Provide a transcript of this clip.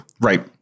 Right